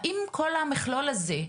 האם כל המכלול הזה,